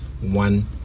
one